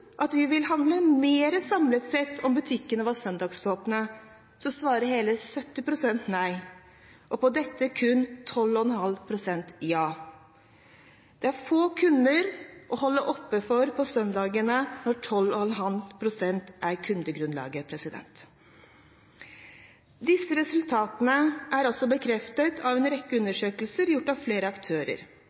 at vi ville handlet mer samlet sett om butikkene var søndagsåpne, svarer hele 70 pst. nei og kun 12,5 pst. ja. Det er få kunder å holde åpent for på søndagene når kundegrunnlaget er 12,5 pst. Disse resultatene er også bekreftet av en rekke undersøkelser gjort av flere aktører.